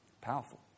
Powerful